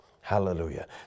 Hallelujah